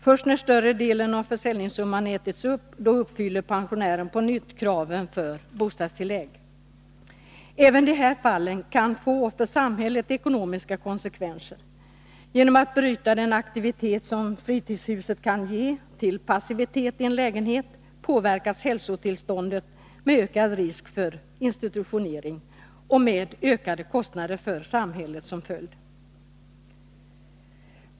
Först när större delen av försäljningssumman ätits upp, uppfyller pensionären på nytt kraven för bostadstillägg. Även de här fallen kan få ekonomiska konsekvenser för samhället. Genom att det byter den aktivitet som fritidshuset kan ge mot passivitet i en lägenhet påverkar det pensionärens hälsotillstånd med ökad risk för institutionalisering, med ökade kostnader för samhället som följd.